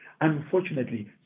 Unfortunately